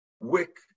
wick